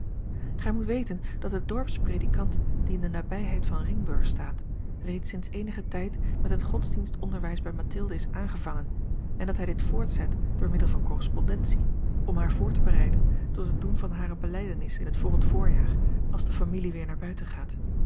gij moet weten dat de dorpspredikant die in de nabijheid van ringburg staat reeds sinds eenigen tijd met het godsdienstonderwijs bij mathilde is aangevangen en dat hij dit voortzet door middel van correspondentie om haar voor te bereiden tot het doen van hare belijdenis in het volgend voorjaar als de familie weer naar buiten gaat